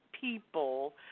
people